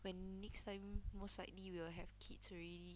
when next time most likely will have kids already